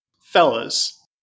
Fellas